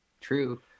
true